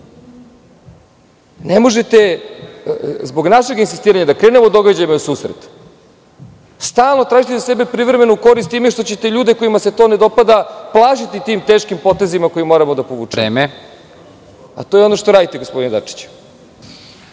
možete, zbog našeg insistiranja da krenemo događajima u susret, stalno tražiti za sebe privremenu korist time što ćete ljude kojima se to ne dopada plašiti tim teškim potezima koje moramo da povučemo. To je ono što radite, gospodine Dačiću.